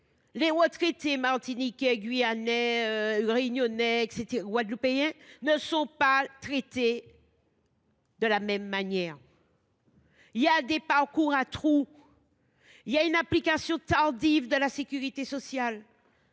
les retraités martiniquais, guyanais, réunionnais ou guadeloupéens ne sont pas traités de la même manière que ceux de l’Hexagone. Il y a des parcours à trous, il y a une application tardive de la sécurité sociale.